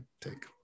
take